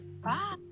Bye